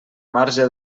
marge